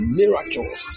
miracles